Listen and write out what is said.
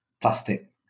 plastic